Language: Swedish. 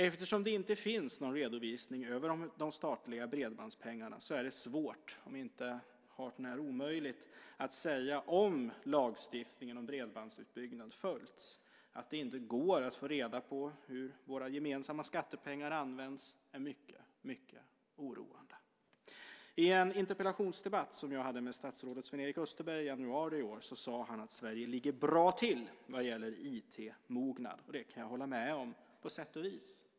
Eftersom det inte finns någon redovisning av hur de statliga bredbandspengarna använts är det svårt om inte hart när omöjligt att säga om lagstiftningen om bredbandsutbyggnad följts. Att det inte går att få reda på hur våra gemensamma skattepengar använts är mycket oroande. I en interpellationsdebatt som jag hade med statsrådet Sven-Erik Österberg i januari i år sade han att Sverige ligger bra till vad gäller IT-mognad. Det kan jag på sätt och vis hålla med om.